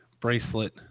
bracelet